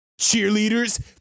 Cheerleaders